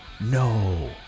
no